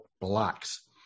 blocks